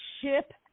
ship